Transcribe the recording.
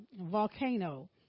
volcano